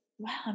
Wow